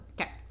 okay